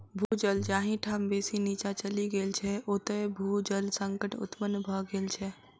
भू जल जाहि ठाम बेसी नीचाँ चलि गेल छै, ओतय भू जल संकट उत्पन्न भ गेल छै